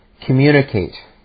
Communicate